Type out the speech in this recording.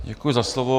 Děkuji za slovo.